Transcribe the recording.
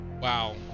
wow